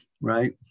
right